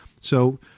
So-